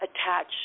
attach